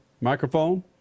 Microphone